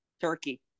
Turkey